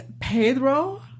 Pedro